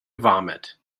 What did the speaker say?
vomit